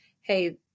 Hey